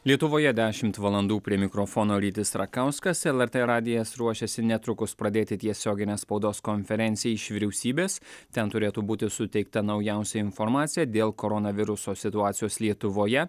lietuvoje dešimt valandų prie mikrofono rytis rakauskas lrt radijas ruošiasi netrukus pradėti tiesioginę spaudos konferenciją iš vyriausybės ten turėtų būti suteikta naujausia informacija dėl koronaviruso situacijos lietuvoje